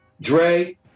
Dre